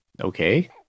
Okay